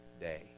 day